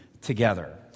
together